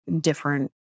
different